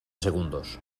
segundos